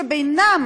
שבינם,